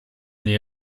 the